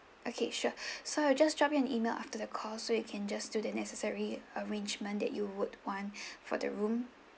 okay sure so I'll just drop you an email after the call so you can just do the necessary arrangement that you would want for the room